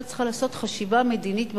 צריכה לעשות חשיבה מדינית מחודשת.